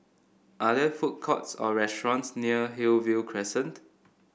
are there food courts or restaurants near Hillview Crescent